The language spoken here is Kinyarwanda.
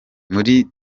muri